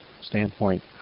standpoint